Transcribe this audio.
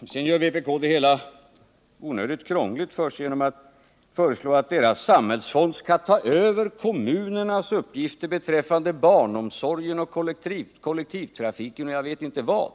Vidare gör vpk det hela onödigt krångligt för sig genom att föreslå att partiets variant av samhällsfond skall ta över kommunernas uppgifter inom barnomsorgen, kollektivtrafiken m.m.